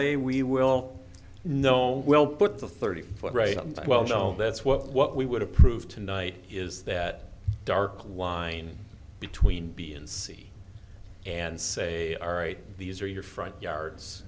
we will know we'll put the thirty foot right well that's what what we would approve to night is that dark line between b and c and say all right these are your front yards